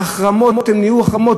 ההחרמות נהיו החרמות,